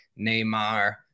Neymar